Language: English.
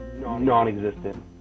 non-existent